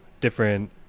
different